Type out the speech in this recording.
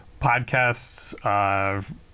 podcasts